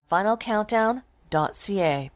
finalcountdown.ca